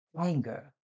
Anger